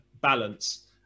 balance